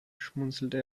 schmunzelte